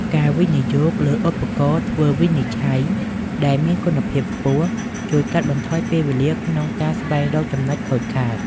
ការវិនិយោគលើឧបករណ៍ធ្វើវិនិច្ឆ័យដែលមានគុណភាពខ្ពស់ ជួយកាត់បន្ថយពេលវេលាក្នុងការស្វែងរកចំណុចខូចខាត។